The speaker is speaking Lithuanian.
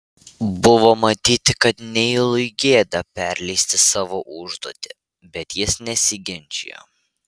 buvo matyti kad neilui gėda perleisti savo užduotį bet jis nesiginčijo